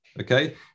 okay